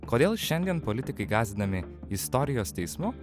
kodėl šiandien politikai gąsdinami istorijos teismu